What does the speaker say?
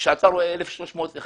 כשאתה רואה 1,3011